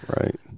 Right